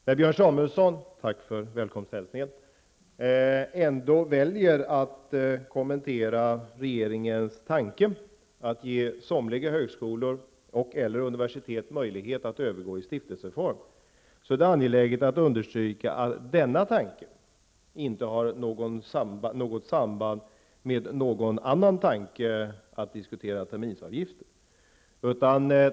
När Björn Samuelson ändå väljer att kommentera regeringens tanke att ge somliga högskolor och/eller universitet möjlighet att övergå i stiftelseform, är det angeläget att understryka att denna tanke inte har något samband med tanken att diskutera terminsavgifter.